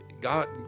God